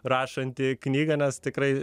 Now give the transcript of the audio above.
rašantį knygą nes tikrai